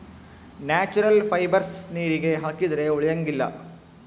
natural fibres ನೀರಿಗೆ ಹಾಕಿದ್ರೆ ಉಳಿಯಂಗಿಲ್ಲ